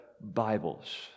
Bibles